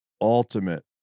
ultimate